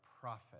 prophet